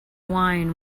wine